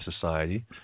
society